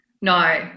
no